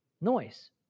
Noise